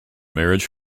marriage